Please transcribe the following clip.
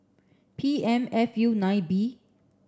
P M F U nine B